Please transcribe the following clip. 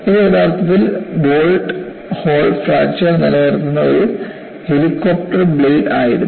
ഇത് യഥാർത്ഥത്തിൽ bolt hole fracture നിലനിർത്തുന്ന ഒരു ഹെലികോപ്റ്റർ ബ്ലേഡ് ആയിരുന്നു